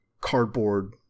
cardboard